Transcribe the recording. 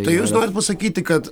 tai jūs norit pasakyti kad